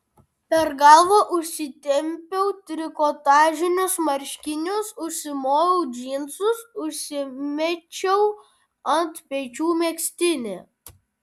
per galvą užsitempiau trikotažinius marškinius užsimoviau džinsus užsimečiau ant pečių megztinį